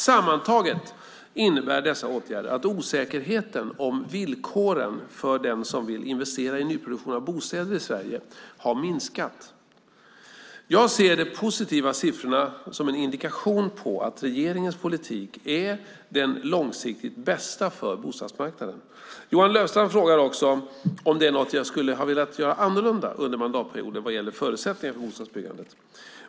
Sammantaget innebär dessa åtgärder att osäkerheten om villkoren för den som vill investera i nyproduktion av bostäder i Sverige har minskat. Jag ser de positiva siffrorna som en indikation på att regeringens politik är den långsiktigt bästa för bostadsmarknaden. Johan Löfstrand frågar också om det är något jag skulle ha velat göra annorlunda under mandatperioden vad gäller förutsättningar för bostadsbyggandet.